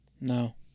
No